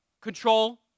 Control